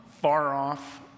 far-off